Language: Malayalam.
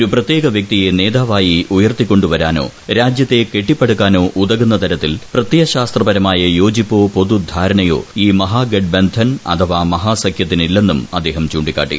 ഒരു പ്രത്യേക വൃക്തിയെ നേതാവായി ഉയർത്തിക്കൊണ്ടുവരാനോ രാജൃത്തെ കെട്ടിപ്പടുക്കാനോ ഉതകുന്ന തരത്തിൽ പ്രത്യയശാസ്ത്രപരമായ യോജിപ്പോ പൊതു ധാരണയോ ഈ മഹാഗഡ്ബന്ധൻ അഥവാ മഹാസഖ്യത്തിനില്ലെന്നും അദ്ദേഹം ചൂണ്ടിക്കാട്ടി